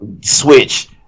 switch